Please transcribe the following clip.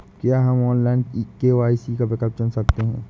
क्या हम online KYC का विकल्प चुन सकते हैं?